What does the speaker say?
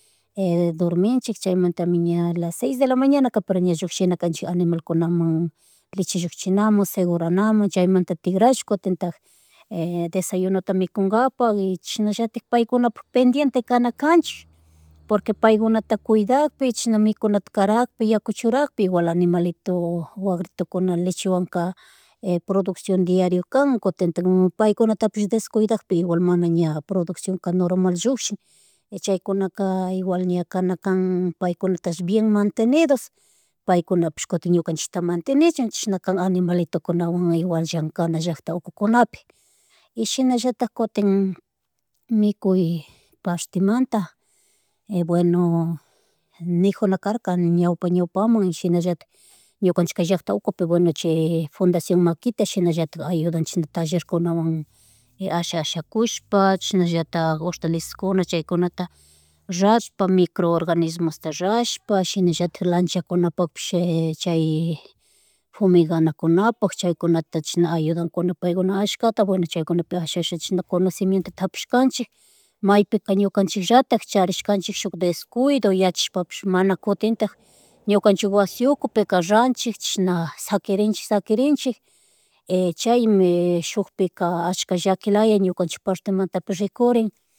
Durminchik chaymatmi ña las seis de la mañanaka ña pero llushinakanchik animalkunaman leche lluchinamun seguranaman chaymantami tikrash kutitak desayunuta mikunkapak y chishnallatik, paykunapuk pendiente kanakachik porque paikunata kuydakpi, chishna mikunata karakpi, yakuchurakpi igual animalito wakritukuna lechewanka, producción diario kan kutitak paikunatapish deskuydagapika igual mana ña producción ka normal llukshin, chaykunaka, igual ña kanakan, paikunatash bien mantenidos paykunapish kutin ñukanchikta mantenichun chishna kan animalitukunawan igual llankana llackta ukukunapi. Y shinallatik, kutin, mikuy partimanta, bueno nejunakarka, ñawpa, ñawpaman shinallatik ñukanchik kay llackta ukupi bueno chay Fundación Maquita shinallatik ayudan, chishna tallerkunawna y asha, asha kushpa kishnallatak hortalisaskuna chaykunata rushpa micro organismos ta rushpa, shinallatik lanchakunapupas, chay fumiganakunapak chaykunata chash ayudankuna paikuna ashkata, bueno chaykunapi asha, asha chishna conocimientota hapishkanchik, maypika ñukanchikllatak charishkanchik shuk descuido yachashpapihs, mana kutintak ñukanchik wasi ukupika ranchik chishna sakirinchik, sakirinchik cahaymi shukpika ashka llakilaya ñukachik partemantapish rikurin